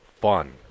fun